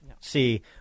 See